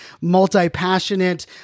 multi-passionate